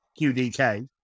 QDK